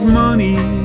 money